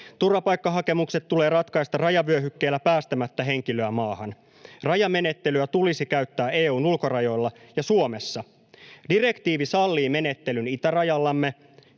Turvapaikkahakemukset tulee ratkaista rajavyöhykkeellä päästämättä henkilöä maahan. Rajamenettelyä tulisi käyttää EU:n ulkorajoilla ja Suomessa. Direktiivi sallii menettelyn itärajallamme,